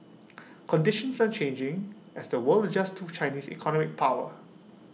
conditions are changing as the world adjusts to Chinese economic power